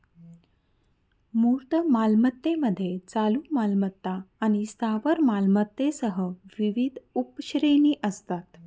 मूर्त मालमत्तेमध्ये चालू मालमत्ता आणि स्थावर मालमत्तेसह विविध उपश्रेणी असतात